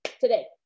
today